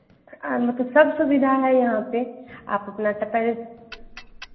मतलब सब सुविधा है यहाँ पर आप अपना